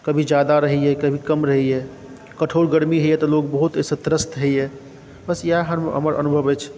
कभी ज्यादा रहैए कभी कम रहैए कठोर गर्मी होइए तऽ लोक बहुत एहिसँ त्रस्त होइए बस इएह हमर अनुभव अछि